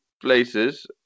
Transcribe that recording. places